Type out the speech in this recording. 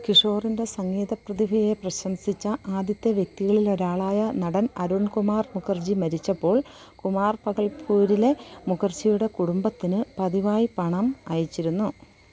കിഷോറിന്റെ സംഗീത പ്രതിഭയെ പ്രശംസിച്ച ആദ്യത്തെ വ്യക്തികളിലൊരാളായ നടൻ അരുൺ കുമാർ മുഖർജി മരിച്ചപ്പോൾ കുമാർ ഭഗൽപ്പൂരിലെ മുഖർജിയുടെ കുടുംബത്തിന് പതിവായി പണം അയച്ചിരുന്നു